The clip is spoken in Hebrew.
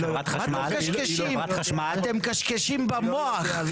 אתם מקשקשים במוח.